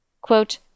Quote